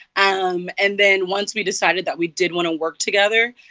um and then once we decided that we did want to work together,